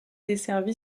desservi